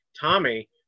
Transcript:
tommy